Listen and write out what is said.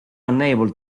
unable